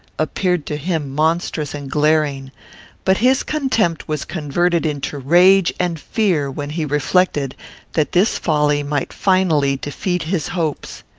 appeared to him monstrous and glaring but his contempt was converted into rage and fear when he reflected that this folly might finally defeat his hopes.